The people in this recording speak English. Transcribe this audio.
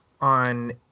on